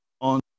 on